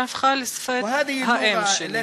שהפכה לשפת האם שלי.